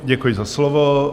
Děkuji za slovo.